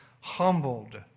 humbled